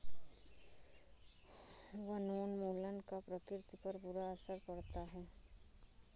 वनोन्मूलन का प्रकृति पर बुरा असर पड़ता है